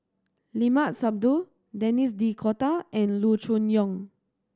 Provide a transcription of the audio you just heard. Limat Sabtu Denis D'Cotta and Loo Choon Yong